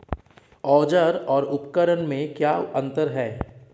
औज़ार और उपकरण में क्या अंतर है?